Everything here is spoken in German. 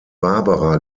barbara